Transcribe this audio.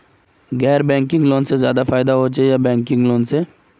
गैर banking loan से ज्यादा फायदा होचे या बैंकिंग लोन से?